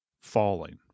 falling